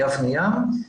יבנה-ים.